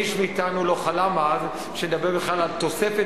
איש מאתנו לא חלם אז שנדבר בכלל על תוספת